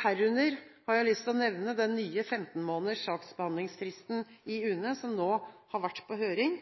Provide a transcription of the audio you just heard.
herunder har jeg lyst til å nevne den nye 15 måneders saksbehandlingsfristen i UNE, som nå har vært på høring,